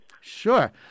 Sure